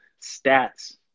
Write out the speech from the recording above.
stats